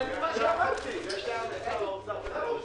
14:10.